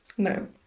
No